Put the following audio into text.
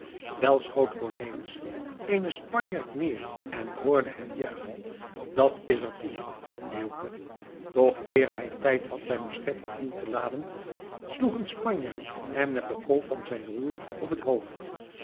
wel schoot cornelis eenen spanjaard neer en hoorde men hem juichen dat is er tien leeuwke doch eer hij tijd had zijn musket opnieuw te laden sloeg een spanjaard hem met de kolf van zijn roer op het hoofd